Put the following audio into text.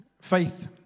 faith